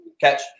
Catch